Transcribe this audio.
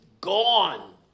gone